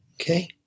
Okay